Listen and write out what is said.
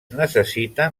necessiten